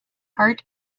hart